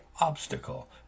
obstacle